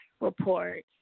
report